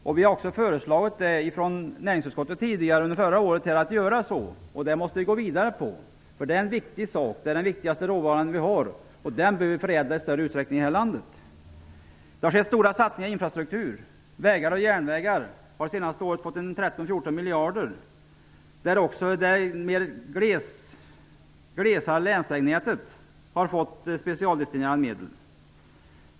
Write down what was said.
Det har också under förra året i näringsutskottet föreslagits att man skall göra så. Nu måste vi gå vidare med det. Skogsråvaran är den viktigaste råvaran vi har, och den behöver förädlas i större utsträckning här i landet. Det har gjorts stora satsningar i infrastrukturen. Vägar och järnvägar har under det senaste året fått 13-14 miljarder kronor, och det glesare länsvägnätet har fått specialdestinerade medel.